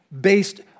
based